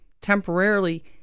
temporarily